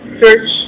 search